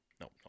no